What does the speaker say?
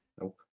nope